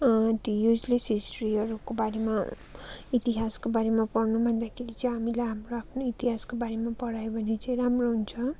the useless हिस्ट्रीहरूको बारेमा इतिहासको बारेमा पढनु भन्दाखेरि चाहिँ हामीलाई हाम्रो आफ्नो इतिहासको पढायो भने चाहिँ राम्रो हुन्छ